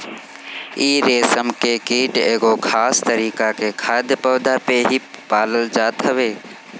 इ रेशम के कीट एगो खास तरीका के खाद्य पौधा पे ही पालल जात हवे